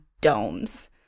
domes